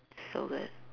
so good